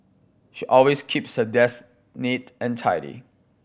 she always keeps her desk neat and tidy